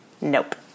Nope